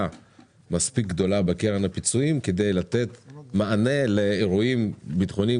מספיק גדולה בקרן הפיצויים כדי לתת מענה לאירועים ביטחוניים